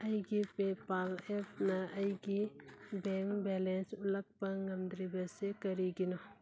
ꯑꯩꯒꯤ ꯄꯦꯄꯥꯜ ꯑꯦꯞꯅ ꯑꯩꯒꯤ ꯕꯦꯡ ꯕꯦꯂꯦꯟꯁ ꯎꯠꯂꯛꯄ ꯉꯝꯗ꯭ꯔꯤꯕꯁꯤ ꯀꯔꯤꯒꯤꯅꯣ